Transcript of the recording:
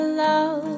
love